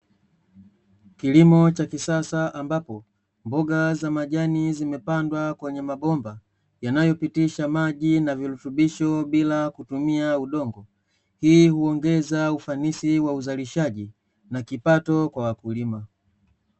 Kilimo cha kisasa ambapo, mboga za majani zimepandwa kwenye mabomba yanayopitisha maji na virutubisho bila kutumia udongo, hii huongeza ufanisi kwa wazalishaji na kipato kwa wakulima.